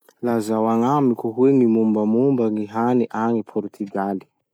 Lazao agnamiko hoe gny mombamomba gny hany agny Portugal?